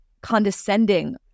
condescending